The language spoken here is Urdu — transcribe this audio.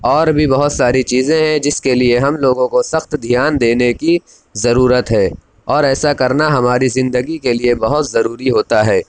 اور بھی بہت ساری چیزیں ہیں جس کے لیے ہم لوگوں کو سخت دھیان دینے کی ضرورت ہے اور ایسا کرنا ہماری زندگی کے لیے بہت ضروری ہوتا ہے